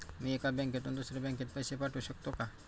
मी एका बँकेतून दुसऱ्या बँकेत पैसे पाठवू शकतो का?